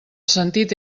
sentit